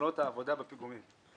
תאונות העבודה בפיגומים.